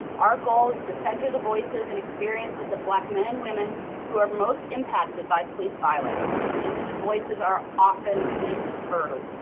our goal is to center the voices and experience of black men and women who are most impacted by police violence and whose voices are often least heard.